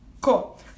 Cool